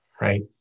Right